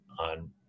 on